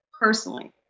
personally